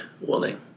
willing